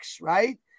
right